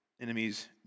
enemies